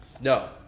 No